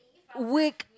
weak